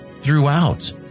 throughout